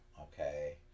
okay